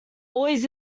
always